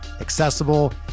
accessible